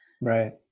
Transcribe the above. Right